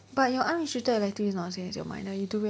but your unrestricted elective is not the same as your minor you do